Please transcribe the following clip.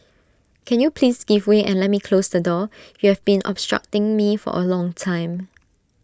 can you please give way and let me close the door you have been obstructing me for A long time